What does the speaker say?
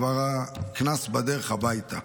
הקנס כבר בדרך הביתה.